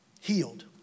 healed